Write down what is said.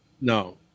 no